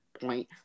point